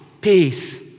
peace